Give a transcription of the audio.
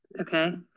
Okay